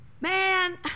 Man